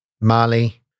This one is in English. Mali